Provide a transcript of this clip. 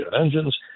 engines